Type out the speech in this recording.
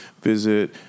visit